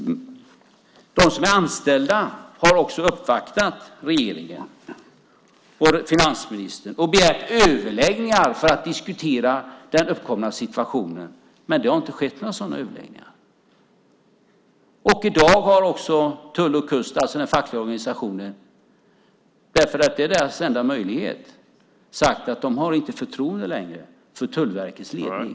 De som är anställda har också uppvaktat regeringen och finansministern och begärt överläggningar för att diskutera den uppkomna situationen, men det har inte blivit några sådana överläggningar. I dag har också Tull och kust, alltså den fackliga organisationen, sagt att de inte längre har förtroende för Tullverkets ledning.